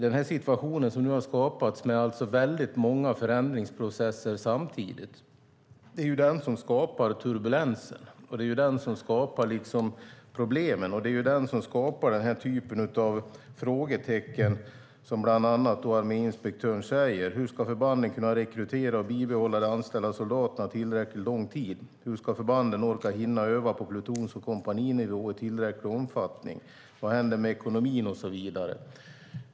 Den situation som nu har skapats, med väldigt många förändringsprocesser samtidigt, är det som skapar turbulensen, problemen och den här typen av frågetecken. Som bland annat arméinspektören säger: Hur ska förbanden kunna rekrytera och bibehålla de anställda soldaterna tillräckligt lång tid? Hur ska förbanden orka och hinna öva på plutons och kompaninivå i tillräcklig omfattning? Vad händer med ekonomin? Det är en del av frågorna.